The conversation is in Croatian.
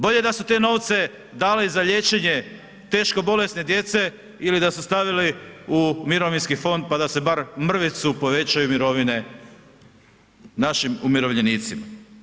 Bolje da su te novce dali za liječenje teško bolesne djece ili da su stavili u mirovinski fond pa da se bar mrvicu povećaju mirovine našim umirovljenicima.